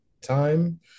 time